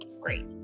great